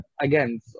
again